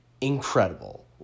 incredible